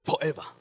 Forever